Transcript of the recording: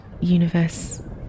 universe